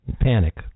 Panic